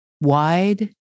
wide